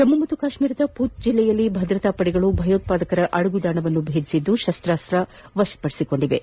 ಜಮ್ಮು ಮತ್ತು ಕಾಶ್ಟೀರದ ಪೂಂಚ್ ಜಿಲ್ಲೆಯಲ್ಲಿ ಭದ್ರತಾ ಪದೆಗಳು ಭಯೋತ್ಪಾದಕರ ಅಡಗುತಾಣವೊಂದನ್ನು ಭೇದಿಸಿದ್ದು ಶಸ್ತಾಸ್ತ್ರಗಳನ್ನು ವಶಪದಿಸಿಕೊಂಡಿವೆ